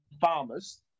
farmers